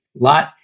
lot